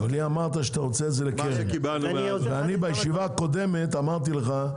אמרת לי שאתה רוצה את זה לקרן ואני בישיבה הקודמת אמרתי לך,